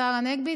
השר הנגבי,